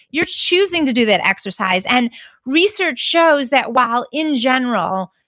you're choosing to do that exercise. and research shows that, while in general,